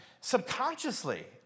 subconsciously